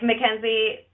Mackenzie